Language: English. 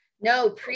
No